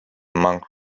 monk